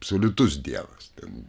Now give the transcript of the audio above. absoliutus dievas ten